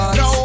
no